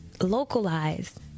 localized